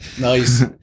Nice